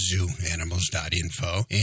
zooanimals.info